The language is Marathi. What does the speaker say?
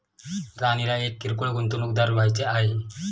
राणीला एक किरकोळ गुंतवणूकदार व्हायचे आहे